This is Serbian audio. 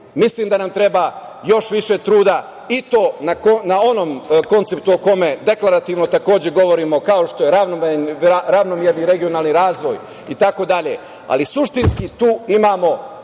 mislim da nam treba još više truda i to na onom konceptu o kome deklarativno takođe govorimo, kao što je ravnomerni regionalni razvoj itd. Ali, suštinski tu imamo